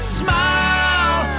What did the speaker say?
smile